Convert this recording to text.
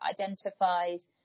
identifies